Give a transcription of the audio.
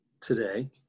today